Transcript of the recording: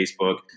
Facebook